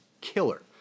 killer